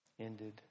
Ended